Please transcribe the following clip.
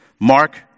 Mark